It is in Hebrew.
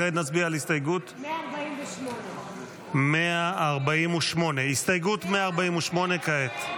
כעת נצביע על הסתייגות 148. הסתייגות 148 כעת.